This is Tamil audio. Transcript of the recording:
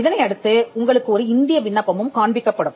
இதனை அடுத்துஉங்களுக்கு ஒரு இந்திய விண்ணப்பமும் காண்பிக்கப்படும்